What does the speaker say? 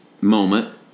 moment